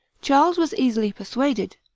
charles was easily persuaded.